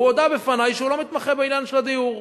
הוא הודה בפני שהוא לא מתמחה בעניין של הדיור,